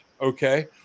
Okay